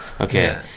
Okay